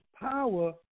power